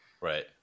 Right